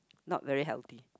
not very healthy